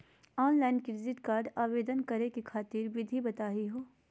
Online credit card आवेदन करे खातिर विधि बताही हो?